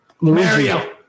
Mario